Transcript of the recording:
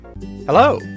hello